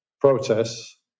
protests